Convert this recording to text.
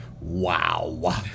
Wow